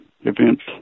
events